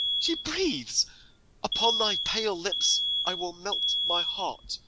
she breathes upon thy pale lips i will melt my heart,